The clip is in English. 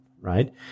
right